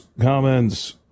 comments